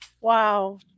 Wow